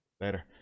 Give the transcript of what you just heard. Later